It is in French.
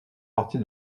partie